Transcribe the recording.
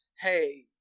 hey